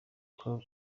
com